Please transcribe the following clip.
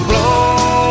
Blow